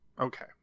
Okay